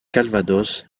calvados